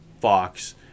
Fox